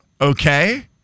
okay